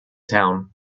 town